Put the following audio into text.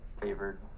Favored